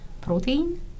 protein